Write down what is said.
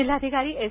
जिल्हाधिकारी एस